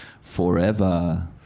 forever